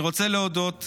אני רוצה להודות לאנשים,